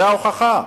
זו ההוכחה,